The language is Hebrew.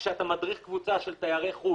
כשאתה מדריך קבוצה של תיירי חוץ,